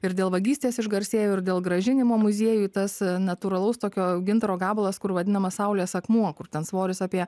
ir dėl vagystės išgarsėjo ir dėl grąžinimo muziejui tas natūralaus tokio gintaro gabalas kur vadinamas saulės akmuo kur ten svoris apie